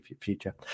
future